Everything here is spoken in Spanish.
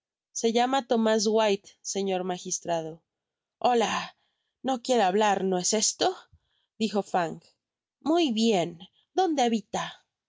se llama tomás white señor magistrado ola no quiere hablar no es esto dijo fang muy bien